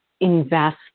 Invest